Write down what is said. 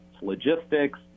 logistics